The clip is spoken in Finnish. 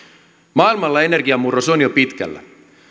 maailmalla energiamurros on jo pitkällä